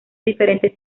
diferentes